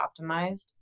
optimized